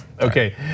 Okay